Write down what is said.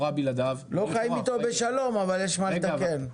לא חיים איתו בשלום, אבל יש מה לתקן.